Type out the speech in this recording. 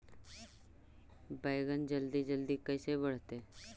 बैगन जल्दी जल्दी कैसे बढ़तै?